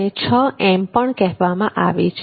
તેને છ એમ પણ કહેવામાં આવે છે